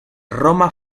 roma